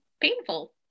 painful